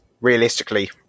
realistically